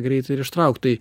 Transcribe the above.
greitai ir ištraukt tai